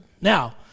now